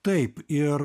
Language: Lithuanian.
taip ir